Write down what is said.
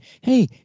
hey